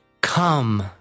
come